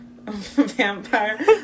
vampire